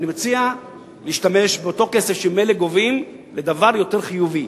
אני מציע להשתמש בכסף שממילא גובים לדבר יותר חיובי.